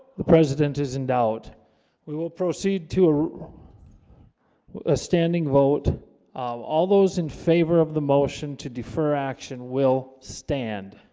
the president is in doubt we will proceed to a standing vote all those in favor of the motion to defer action will stand